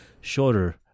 shorter